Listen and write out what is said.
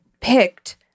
picked